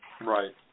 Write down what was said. Right